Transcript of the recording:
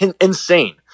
Insane